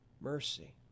Mercy